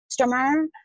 customer